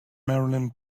marilyn